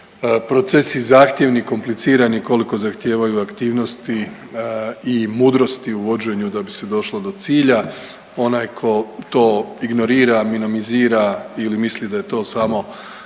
procesi zahtjevni, komplicirani, koliko zahtijevaju aktivnosti i mudrosti u vođenju da bi se došlo do cilja. Onaj tko to ignorira, minimizira ili misli da je to samo